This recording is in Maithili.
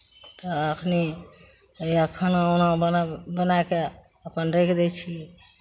आ एखनि इएह खाना उना बना बनाए कऽ अपन राखि दै छियै